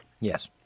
Yes